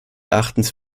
erachtens